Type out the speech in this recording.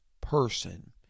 person